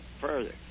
further